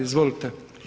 Izvolite.